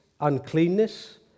uncleanness